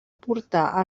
portar